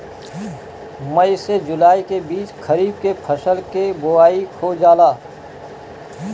मई से जुलाई के बीच खरीफ के फसल के बोआई हो जाला